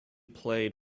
played